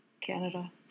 Canada